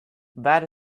that